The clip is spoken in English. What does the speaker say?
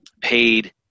paid